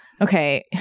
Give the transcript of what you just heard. Okay